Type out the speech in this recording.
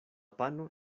pano